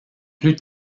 plus